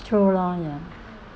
it's true lor ya